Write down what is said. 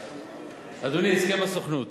אדוני, הסכם הסוכנות,